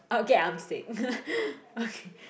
okay I'm sick okay